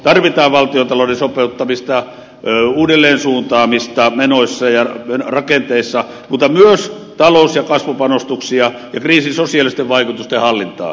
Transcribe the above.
tarvitaan valtiontalouden sopeuttamista uudelleensuuntaamista menoissa ja rakenteissa mutta myös talous ja kasvupanostuksia ja kriisin sosiaalisten vaikutusten hallintaa